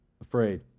afraid